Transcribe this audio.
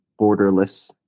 borderless